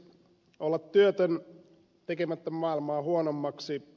olla työtön tekemättä maailmaa huonommaksi